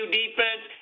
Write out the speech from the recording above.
defense